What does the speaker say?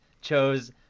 chose –